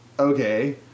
Okay